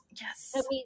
yes